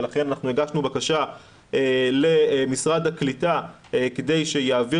לכן אנחנו הגשנו בקשה למשרד הקליטה כדי שיעביר